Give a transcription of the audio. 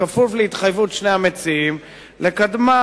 בכפוף להתחייבות שני המציעים לקדמן